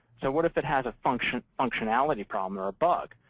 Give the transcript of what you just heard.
so what if it has a functionality functionality problem or a bug?